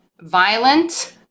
violent